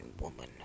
woman